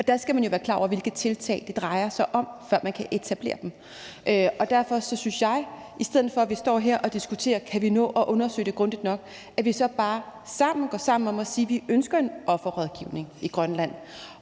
Der skal man jo være klar over, hvilke tiltag det drejer sig om, før man kan etablere dem. Derfor synes jeg, at vi i stedet for at stå her og diskutere, om vi kan nå at undersøge det grundigt nok, skal gå sammen om at sige: Vi ønsker en offerrådgivning i Grønland,